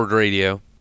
Radio